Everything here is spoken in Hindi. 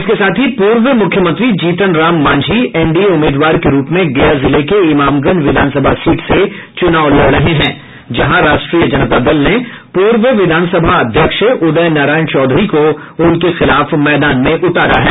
इसके साथ ही पूर्व मुख्यमंत्री जीतन राम माझी एनडीए उम्मीदवार के रूप में गया जिले के इमामगंज विधानसभा सीट से चुनाव लड़ रहे हैं जहां राष्ट्रीय जनता दल ने पूर्व विधानसभा अध्यक्ष उदय नारायण चौधरी को उनके खिलाफ मैदान में उतारा है